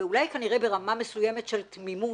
אולי כנראה ברמה מסוימת של תמימות,